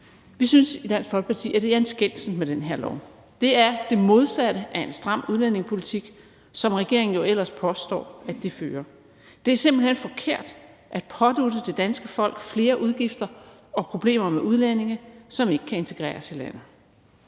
Vi synes i Dansk Folkeparti, at det er en skændsel med det her lovforslag. Det er det modsatte af en stram udlændingepolitik, som regeringen jo ellers påstår de fører. Det er simpelt hen forkert at pådutte det danske folk flere udgifter og problemer med udlændinge, som ikke kan integreres i landet.